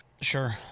sure